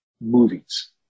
movies